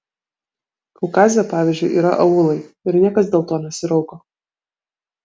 kaukaze pavyzdžiui yra aūlai ir niekas dėl to nesirauko